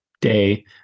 day